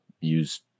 use